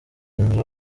inzu